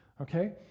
Okay